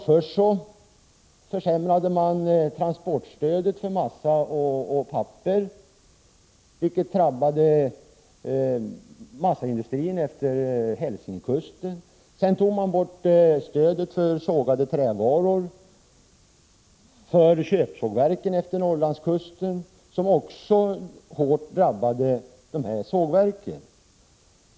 Först försämrades transportstödet för massa och papper, vilket drabbade massaindustrin vid Hälsingekusten. Sedan togs stödet för sågade trävaror bort för köpsågverken vid Norrlandskusten, vilket också hårt drabbade dessa sågverk.